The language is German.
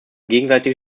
gegenseitige